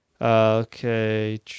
Okay